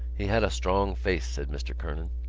he had a strong face, said mr. kernan.